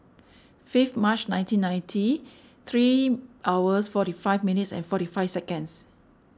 fifth March nineteen ninety three hours forty five minutes and forty five seconds